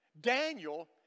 Daniel